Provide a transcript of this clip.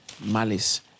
malice